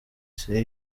see